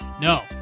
No